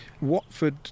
Watford